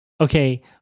okay